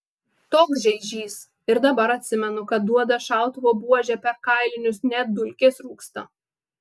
toks žeižys ir dabar atsimenu kad duoda šautuvo buože per kailinius net dulkės rūksta